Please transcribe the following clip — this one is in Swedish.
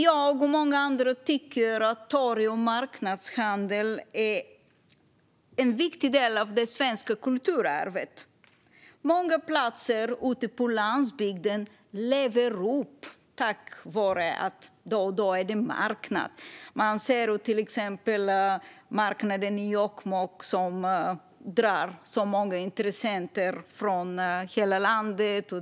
Jag och många andra tycker att torg och marknadshandel är en viktig del av det svenska kulturarvet. Många platser ute på landsbygden lever upp tack vare att det då och då är marknad. Ett exempel är marknaden i Jokkmokk, som drar många intressenter från hela landet.